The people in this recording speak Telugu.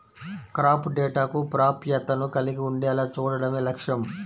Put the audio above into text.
క్రాప్ డేటాకు ప్రాప్యతను కలిగి ఉండేలా చూడడమే లక్ష్యం